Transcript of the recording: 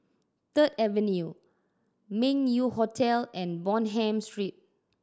Third Avenue Meng Yew Hotel and Bonham Street